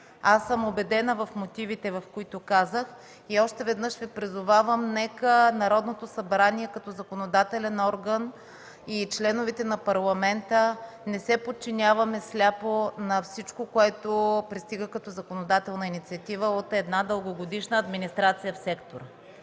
гласа. Убедена съм в мотивите, които казах, и още веднъж ще призова: нека Народното събрание, като законодателен орган, и членовете на Парламента не се подчиняваме сляпо на всичко, което пристига като законодателна инициатива от една дългогодишна администрация в сектора.